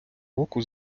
року